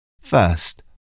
First